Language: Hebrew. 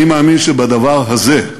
אני מאמין שבדבר הזה,